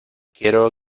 quiero